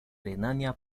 renania